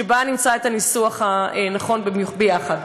שבה נמצא את הניסוח הנכון ביחד.